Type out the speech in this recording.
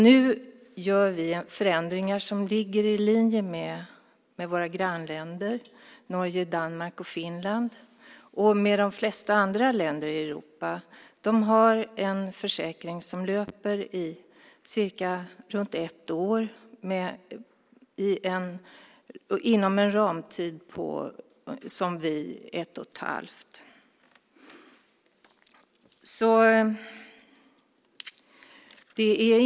Nu gör vi förändringar som ligger i linje med hur det är i våra grannländer Norge, Danmark och Finland och i de flesta andra länder i Europa. De har en försäkring som löper cirka ett år med en ramtid som vi på ett och ett halvt år.